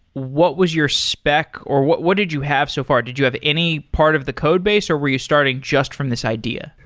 what was your spec or what what did you have so far? did you have any part of the codebase or were you starting just from this idea?